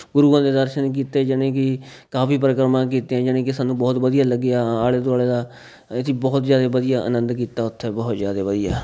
ਗੁਰੂਆਂ ਦੇ ਦਰਸ਼ਨ ਕੀਤੇ ਯਾਨੀ ਕਿ ਕਾਫੀ ਪਰਿਕਰਮਾ ਕੀਤੀਆਂ ਯਾਨੀ ਕਿ ਸਾਨੂੰ ਬਹੁਤ ਵਧੀਆ ਲੱਗਿਆ ਆਲੇ ਦੁਆਲੇ ਦਾ ਅਸੀਂ ਬਹੁਤ ਜ਼ਿਆਦਾ ਵਧੀਆ ਆਨੰਦ ਕੀਤਾ ਉੱਥੇ ਬਹੁਤ ਜ਼ਿਆਦਾ ਵਧੀਆ